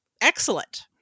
excellent